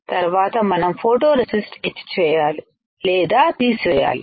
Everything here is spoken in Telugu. తర్వాత మనము ఫోటో రెసిస్ట్ ఎచ్ చేయాలి లేదా తీసేయాలి